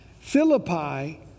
Philippi